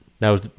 now